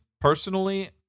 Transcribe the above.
personally